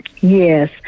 Yes